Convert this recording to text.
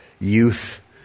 youth